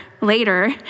later